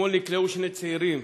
אתמול נקלעו שני צעירים,